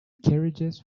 carriages